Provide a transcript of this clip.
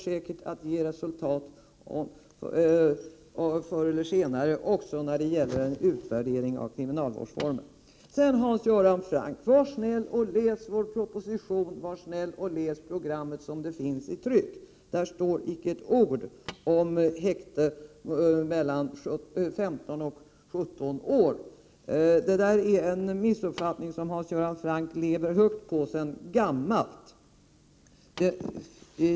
Säkert blir det förr eller senare resultat också när det gäller en utvärdering av kriminalvårdsformen. Sedan till Hans Göran Franck. Var snäll och läs vår motion och det tryckta programmet! Där finns icke ett ord om häkte för ungdomar mellan 15 och 17 år. Det är en missuppfattning som Hans Göran Franck sedan gammalt lever högt på.